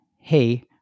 Hey